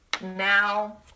Now